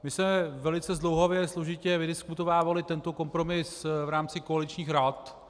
My jsme velice zdlouhavě a složitě vydiskutovávali tento kompromis v rámci koaličních rad.